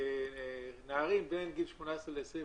נערים 18-21